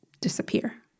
disappear